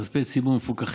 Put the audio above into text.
כספי ציבור מפוקחים,